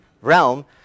realm